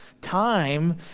time